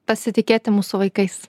pasitikėti mūsų vaikais